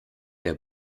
der